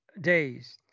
days